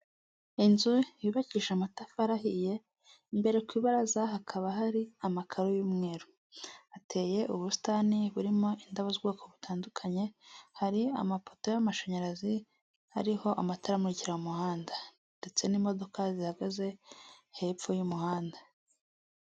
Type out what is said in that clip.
Inzu yubakishije amatafari ahiye, imberew ku ibaraza hakaba hari amakaro y'umweru, hateye ubusitani burimo indabo z'ubwoko butandukanye, hari amapoto y'amashanyarazi ariho amatara amurikira umuhanda ndetse n'imodoka zihagaze hepfo y'umuhanda.